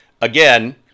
Again